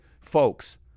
folks